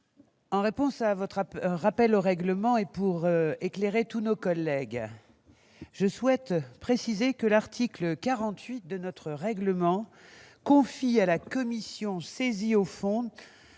En réponse à votre rappel au règlement, monsieur Gay, et pour éclairer tous nos collègues, je souhaite préciser que l'article 48 du règlement du Sénat confie à la commission saisie au fond